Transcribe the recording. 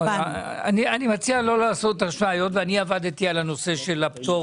אני מציע לא לעשות השוואה היות ואני עבדתי על הפטור